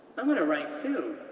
i wanna write too,